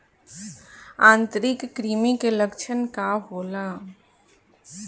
आंतरिक कृमि के लक्षण का होला?